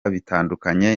bitandukanye